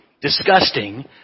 disgusting